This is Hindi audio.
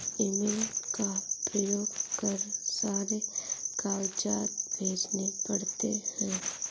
ईमेल का प्रयोग कर सारे कागजात भेजने पड़ते हैं